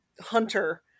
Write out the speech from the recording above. Hunter